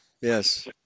Yes